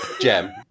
Gem